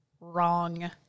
wrong